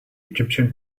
egyptian